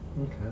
Okay